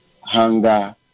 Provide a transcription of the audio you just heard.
hunger